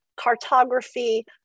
cartography